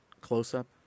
close-up